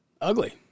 Ugly